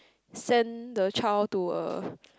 send the child to a